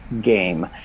game